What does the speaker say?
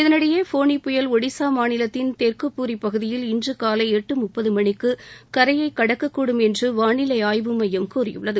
இதனிடையே ஃபோனி புயல் ஒடிசா மாநிலத்தின் தெற்கு பூரி பகுதியில் இன்று காலை எட்டு முப்பது மணிக்கு கரையை கடக்கக்கூடும் என்று வாளிலை ஆய்வு மையம் தெரிவித்துள்ளது